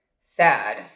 sad